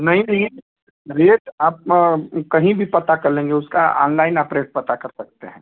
नहीं नहीं रेट आप कहीं भी पता कर लेंगे उसका आनलाइन आप रेट पता कर सकते हैं